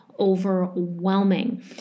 overwhelming